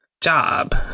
job